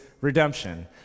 redemption